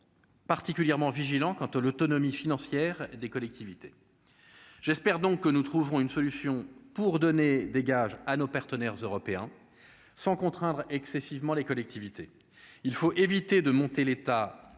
particulièrement vigilants quant au l'autonomie financière des collectivités, j'espère donc que nous trouverons une solution pour donner des gages à nos partenaires européens sans contraindre excessivement les collectivités, il faut éviter de monter l'État